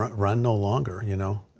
run no longer. you know